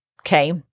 Okay